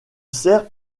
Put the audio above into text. sert